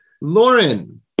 Lauren